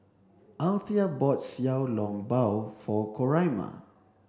Althea bought Xiao Long Bao for Coraima